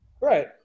Right